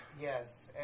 Yes